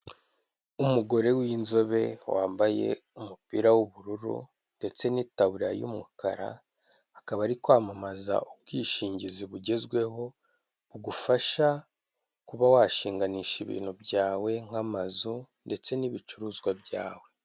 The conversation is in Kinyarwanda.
Umugore w'inzobe wambaye umupira w'ubururu ndetse n'itaburiya y'umukara akaba ari kwamamaza ubwishingizi bugezweho, bugufasha kuba washinganisha ibintu byawe nk'amazu ndetse n'ibicuruzwa byawe.